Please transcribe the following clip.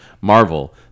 Marvel